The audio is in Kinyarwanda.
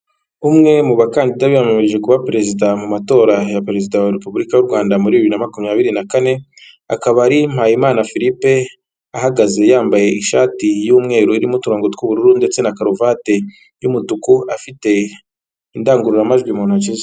Umwe mu bakandida biyamamirije kuba perezida mu matora ya perezida wa repubulika y'u Rwanda muri bibiri na makumyabiri na kane, akaba ari Mpayimana Philipe ahagaze yambaye ishati y'umweru irimo uturongo tw'ubururu ndetse na karuvati y'umutuku afite indangururamajwi mu ntoki ze.